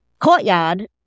courtyard